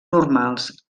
normals